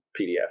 PDF